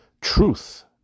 truth